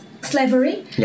slavery